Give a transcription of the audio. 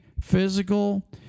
physical